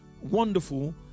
wonderful